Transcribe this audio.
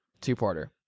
Two-parter